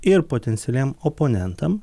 ir potencialiem oponentam